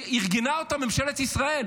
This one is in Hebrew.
שארגנה אותה ממשלת ישראל,